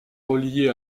reliée